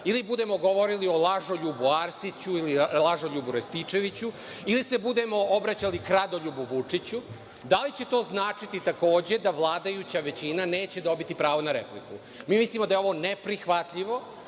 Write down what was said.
ili budemo govorili o „Lažoljubu Arsiću“ ili „Lažoljubu Rističeviću“ ili se budemo obraćali „Kradoljubu Vučiću“, da li će to značiti takođe da vladajuća većina neće dobiti pravo na repliku? Mi mislimo da je ovo neprihvatljivo,